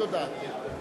חברי הכנסת.